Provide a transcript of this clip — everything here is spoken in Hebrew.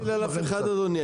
אני לא מפריע לאף אחד, אדוני.